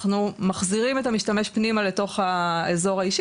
אנחנו מחזירים את המשתמש פנימה לתוך האזור האישי